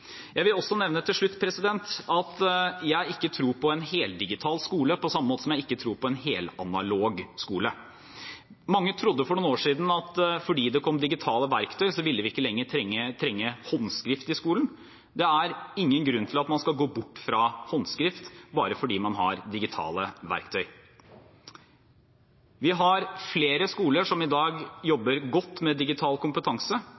Jeg vil også nevne til slutt at jeg ikke tror på en heldigital skole, på samme måte som jeg ikke tror på en helanalog skole. Mange trodde for noen år siden at fordi det kom digitale verktøy, ville vi ikke lenger trenge håndskrift i skolen. Det er ingen grunn til at man skal gå bort fra håndskrift bare fordi man har digitale verktøy. Vi har flere skoler som i dag jobber godt med digital kompetanse,